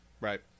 right